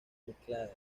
mezcladas